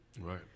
Right